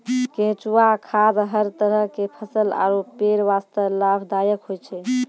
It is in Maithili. केंचुआ खाद हर तरह के फसल आरो पेड़ वास्तॅ लाभदायक होय छै